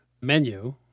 menu